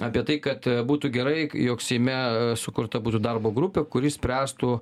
apie tai kad būtų gerai jog seime sukurta būtų darbo grupė kuri spręstų